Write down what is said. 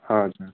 हजुर